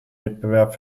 wettbewerb